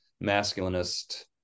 masculinist